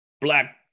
black